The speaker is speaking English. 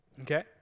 Okay